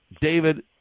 David